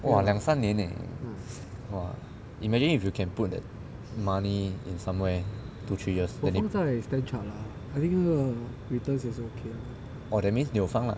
!wah! 两三年 leh !wah! imagine if you can put that money in somewhere two three years then 你 oh that means 你有放 lah